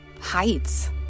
heights